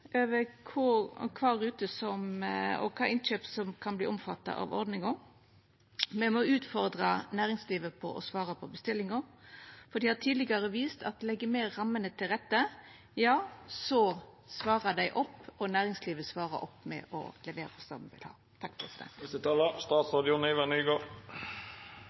må utfordra næringslivet på å svara på bestillinga, for dei har tidlegare vist at legg me rammene til rette, så svarar dei opp, og næringslivet svarar opp med å levera oss det me vil ha.